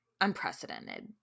unprecedented